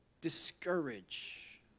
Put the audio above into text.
discourage